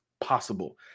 possible